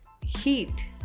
Heat